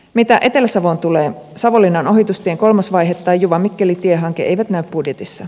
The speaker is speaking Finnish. mitä etelä savoon tulee savonlinnan ohitustien kolmas vaihe ja juvamikkeli tiehanke eivät näy budjetissa